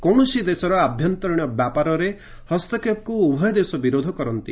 କୌଣସି ଦେଶର ଆଭ୍ୟନ୍ତରୀଣ ବ୍ୟାପାରରେ ହସ୍ତକ୍ଷେପକୁ ଉଭୟ ଦେଶ ବିରୋଧ କରନ୍ତି